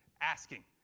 asking